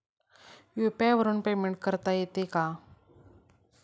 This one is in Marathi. यु.पी.आय वरून पेमेंट करता येते का?